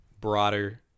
broader